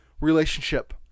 relationship